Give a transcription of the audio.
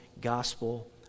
gospel